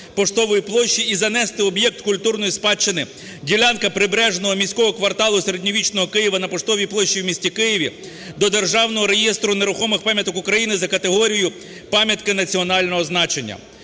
Поштової площі і занести об'єкт культурної спадщини - ділянка прибережного міського кварталу середньовічного Києва на Поштовій площі у місті Києві - до Державного реєстру нерухомих пам'яток України за категорією "Пам'ятка національного значення".